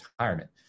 retirement